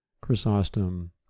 Chrysostom